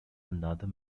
another